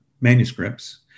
manuscripts